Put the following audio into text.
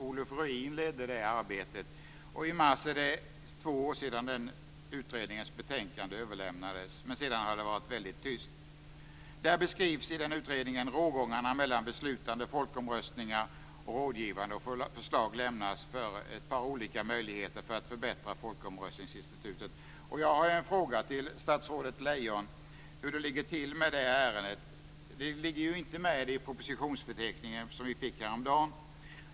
Olof Ruin ledde det arbetet. I mars är det två år sedan den utredningens betänkande överlämnades, men sedan har det varit väldigt tyst. Där beskrivs rågångarna mellan beslutande folkomröstningar och rådgivande, och förslag lämnas på ett par olika möjligheter för att förbättra folkomröstningsinstitutet. Jag har en fråga till statsrådet Lejon, hur det ligger till med det ärendet. Det finns ju inte med i den propositionsförteckning som vi fick häromdagen.